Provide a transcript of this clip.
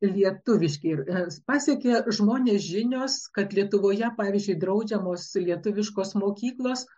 lietuviški ir pasiekė žmones žinios kad lietuvoje pavyzdžiui draudžiamos lietuviškos mokyklos